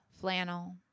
flannel